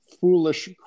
foolish